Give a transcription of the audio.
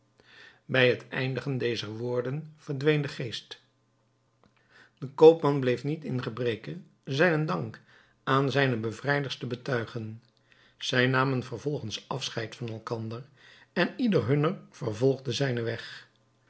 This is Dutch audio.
bij het eindigen dezer woorden verdween de geest de koopman bleef niet in gebreke zijnen dank aan zijne bevrijders te betuigen zij namen vervolgens afscheid van elkander en ieder hunner vervolgde zijnen weg